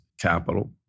capital